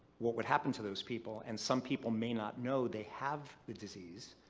what would happen to those people? and some people may not know they have the disease.